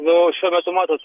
nu šiuo metu matot